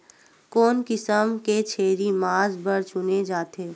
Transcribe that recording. कोन से किसम के छेरी मांस बार चुने जाथे?